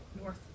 North